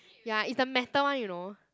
ya it's the metal one you know